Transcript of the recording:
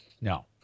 No